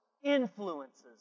influences